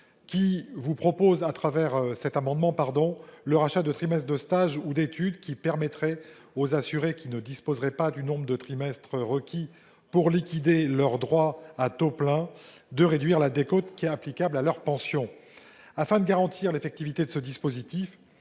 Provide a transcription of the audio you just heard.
qui vise à permettre le rachat de trimestres de stage ou d'études pour que les assurés qui ne disposeraient pas du nombre de trimestres requis pour liquider leurs droits à taux plein puissent réduire la décote applicable à leur pension. Afin de garantir l'effectivité de ce dispositif,